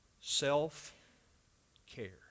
self-care